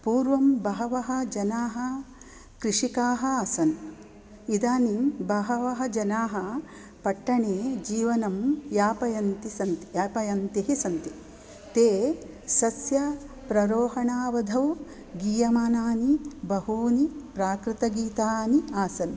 पूर्वं बहवः जनाः कृषिकाः आसन् इदानीं बहवः जनाः पट्टने जीवनं यापयन्ति सन्ति यापयन्तिः सन्ति ते सस्य प्ररोहणावधौ दीयमानानि बहूनि प्राकृत गीतानि आसन्